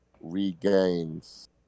regains